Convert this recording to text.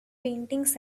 paintings